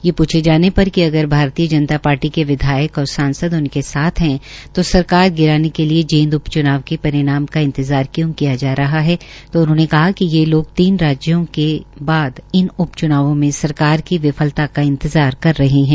ये पूछे जाने पर अगर भारतीय जनता पार्टी के विधायक और सांसद उनके साथ है तो सरकार गिराने के लिये जींद उप च्नाव के परिणाम का इंतजार क्यों किया जा रहा है तो उनहोंने कहा कि ये लोग तीन राज्यों के बाद इन उप च्नावों में सरकार की विफलता का इंतजार कर रहे है